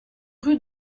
rue